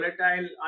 Volatile